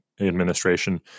administration